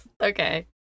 okay